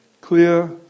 clear